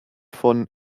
von